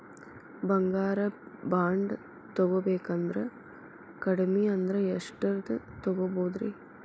ಬಂಗಾರ ಬಾಂಡ್ ತೊಗೋಬೇಕಂದ್ರ ಕಡಮಿ ಅಂದ್ರ ಎಷ್ಟರದ್ ತೊಗೊಬೋದ್ರಿ?